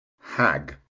hag